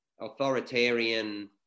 authoritarian